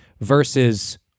versus